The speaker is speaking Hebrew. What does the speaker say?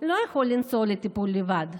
לא יכול לנסוע לטיפול לבד,